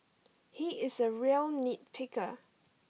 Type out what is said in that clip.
he is a real nitpicker